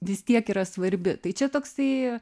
vis tiek yra svarbi tai čia toksai